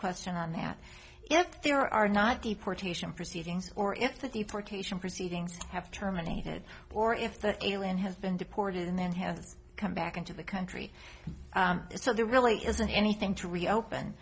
question on that if there are not deportation proceedings or if the deportation proceedings have terminated or if the alien has been deported and then has come back into the country so there really isn't anything to reopen